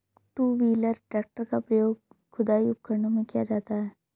to wheeler tractor का प्रयोग खुदाई उपकरणों में किया जाता हैं